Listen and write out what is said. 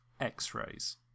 X-rays